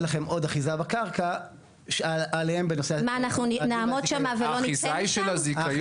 לכם עוד אחיזה בקרקע עליהם בנושא --- האחיזה של הזיכיון.